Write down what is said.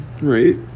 right